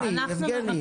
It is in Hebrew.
יבגני, יבגני, יבגני.